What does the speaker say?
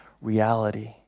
reality